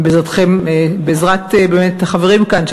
בעזרת החברים כאן,